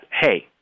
hey